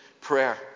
prayer